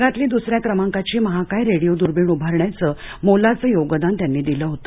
जगातली द्सऱ्या क्रमांकाची महाकाय रेडीओ दुर्बीण उभारण्याचं मोलाचं योगदान त्यांनी दिलं होतं